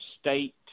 state